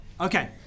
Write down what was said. Okay